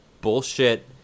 bullshit